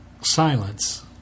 Silence